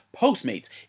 Postmates